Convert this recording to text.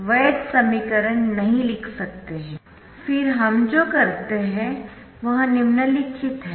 तो फिर हम जो करते है वह निम्नलिखित है